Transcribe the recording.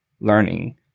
learning